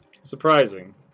surprising